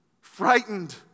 frightened